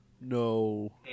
No